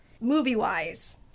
Movie-wise